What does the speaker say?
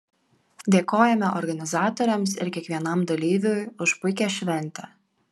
dėkojame organizatoriams ir kiekvienam dalyviui už puikią šventę